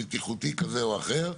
בטיחותי כזה או אחר,